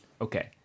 Okay